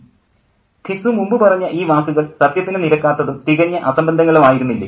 professor ഘിസു മുമ്പ് പറഞ്ഞ ഈ വാക്കുകൾ സത്യത്തിനു നിരക്കാത്തതും തികഞ്ഞ അസംബന്ധങ്ങളും ആയിരുന്നില്ലേ